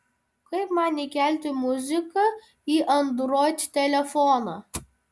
kaip man įkelti muziką į android telefoną